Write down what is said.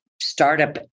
startup